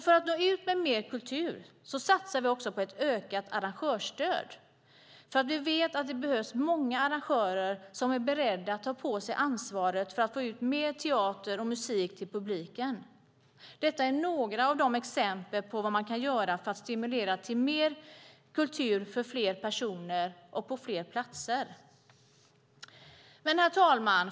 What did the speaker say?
För att nå ut med mer kultur satsar vi också på ett ökat arrangörsstöd. Vi vet att det behövs många arrangörer som är beredda att ta på sig ansvaret för att få ut mer teater och musik till publiken. Det här är några exempel på vad man kan göra för att stimulera till mer kultur för fler personer och på fler platser. Herr talman!